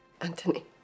Anthony